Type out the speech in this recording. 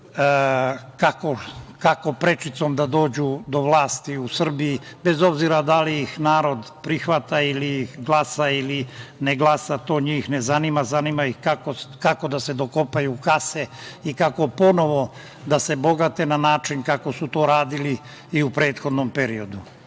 kako prečicom da dođu do vlasti u Srbiji, bez obzira da li ih narod prihvata ili ih glasa ili ne glasa. To njih ne zanima. Zanima ih kako da se dokopaju kase i kako ponovo da se bogate na način kako su to radili i u prethodnom